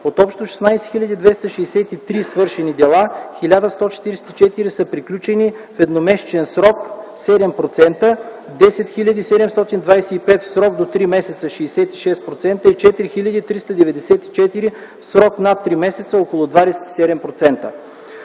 От общо 16 263 свършени дела, 1144 са приключени в едномесечен срок (7 %), 10 725 – в срок до три месеца (66 %) и 4394 – в срок над 3 месеца (около 27